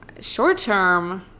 short-term